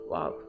Wow